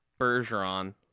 Bergeron